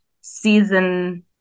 season